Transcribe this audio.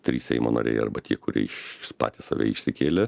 trys seimo nariai arba tie kurie iš patys save išsikėlę